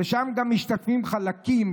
ושם גם משתתפים חלקים,